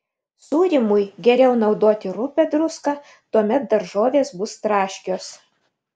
sūrymui geriau naudoti rupią druską tuomet daržovės bus traškios